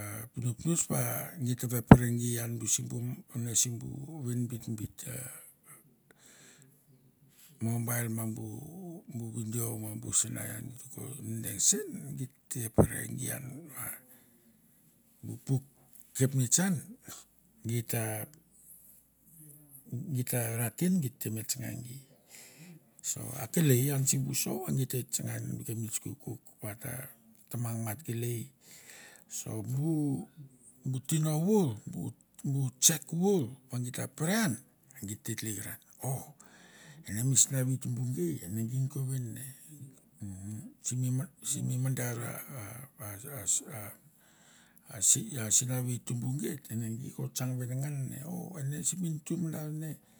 a pnopnots va git ve pere gi ian simbu ven bitbit, mobile ma bu bu video ma bu sana ian git ko deng sen, git te pere gi an va bu puk kapnets an git ta, git ta ra ken git te me tsanga gi. So akelei an simbu show va git te tsanga bu kapnets kokouk va ta tamang mat kelei, so bu bu tino vour, bu tsek vour git ta pere an a git te tlekeran o ene mi sinavai tumbu gei ene gink ko ven ne umm simi mad simi madara a a sin a a sinavi tumbu geit ene gi ko tsang venengan ne o ene simi ntu madar ne.